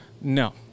No